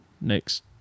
next